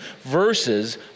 versus